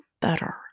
better